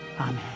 Amen